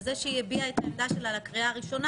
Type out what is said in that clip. וזה שהיא הביאה את ההצעה שלה לקריאה הראשונה,